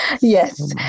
Yes